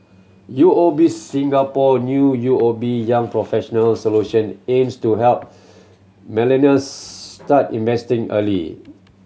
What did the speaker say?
U O B Singapore new U O B Young Professionals Solution aims to help millennials start investing early